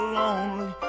lonely